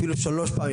בהיבט הראשון,